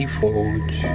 forge